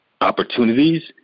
opportunities